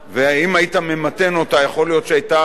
אם היית ממתן אותה, יכול להיות שהיא היתה,